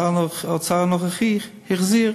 ושר האוצר הנוכחי החזיר.